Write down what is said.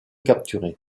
capturé